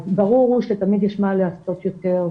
אז ברור הוא שתמיד יש מה לעשות יותר,